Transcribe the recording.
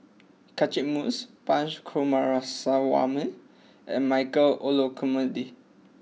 Catchick Moses Punch Coomaraswamy and Michael Olcomendy